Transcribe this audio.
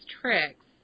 tricks